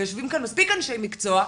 ויושבים כאן מספיק אנשי מקצוע,